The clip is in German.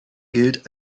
gilt